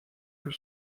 que